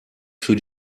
für